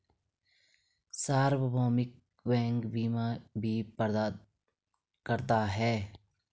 सार्वभौमिक बैंक बीमा भी प्रदान करता है